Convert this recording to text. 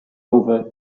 over